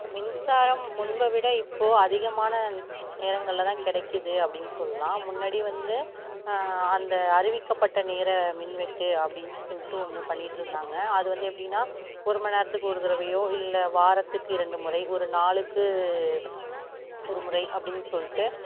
மின்சாரம் முன்பை விட இப்போது அதிகமான நேரங்களில் தான் கிடைக்கிது அப்டின்னு சொல்லாம் முன்னாடி வந்து அந்த அறிவிக்கப்பட்ட நேர மின்வெட்டு அப்டின்னு சொல்லிட்டு ஒன்று பண்ணிகிட்ருந்தாங்க அது வந்து எப்படின்னா ஒரு மணி நேரத்துக்கு ஒரு தடவையோ இல்லை வாரத்துக்கு இரண்டு முறை ஒரு நாளுக்கு ஒரு முறை அப்டின்னு சொல்லிட்டு